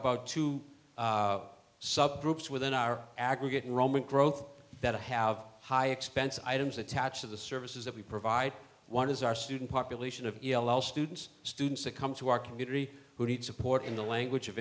about two sup groups within our aggregate roaming growth that have high expense items attached of the services that we provide one is our student population of students students that come to our community who need support in the language of